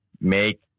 make